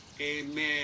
Amen